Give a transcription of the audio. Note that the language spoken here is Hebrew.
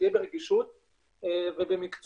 שתהיה ברגישות ובמקצועיות.